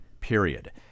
period